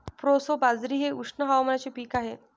proso बाजरी हे उष्ण हवामानाचे पीक आहे